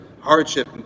hardship